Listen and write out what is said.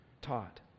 taught